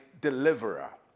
deliverer